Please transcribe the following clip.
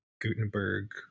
Gutenberg